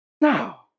Now